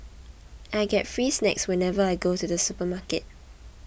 I get free snacks whenever I go to the supermarket